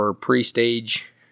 pre-stage